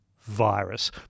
virus